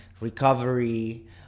recovery